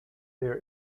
their